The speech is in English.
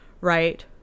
Right